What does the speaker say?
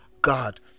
god